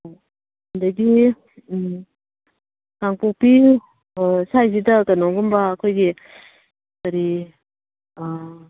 ꯑꯗꯒꯤ ꯀꯥꯡꯄꯣꯛꯄꯤ ꯍꯣ ꯁ꯭ꯋꯥꯏꯁꯤꯗ ꯀꯩꯅꯣꯒꯨꯝꯕ ꯑꯩꯈꯣꯏꯒꯤ ꯀꯔꯤ